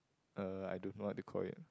uh I don't know what they call it